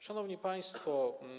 Szanowni Państwo!